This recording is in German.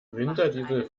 winterdiesel